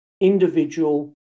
individual